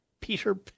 Peter